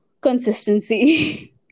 Consistency